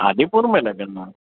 आदिपुर में लॻंदो आहे